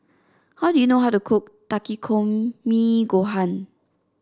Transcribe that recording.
how do you know how to cook Takikomi Gohan